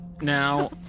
Now